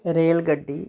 rail ਗੱਡੀ